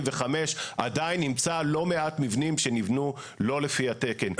85 עדיין נמצא לא מעט מבנים שנבנו לא לפי התקן.